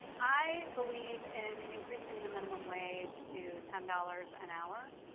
i believe in increasing the minimum wage to ten dollars an hour.